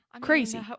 Crazy